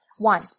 one